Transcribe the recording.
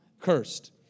cursed